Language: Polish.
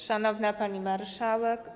Szanowna Pani Marszałek!